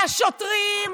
לשוטרים,